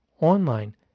online